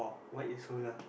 white is solar